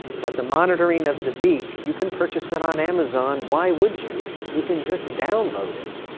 but the monitoring of dabiq. you can purchase it on amazon. why would you? you can just download it.